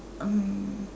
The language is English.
um